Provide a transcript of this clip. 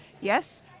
Yes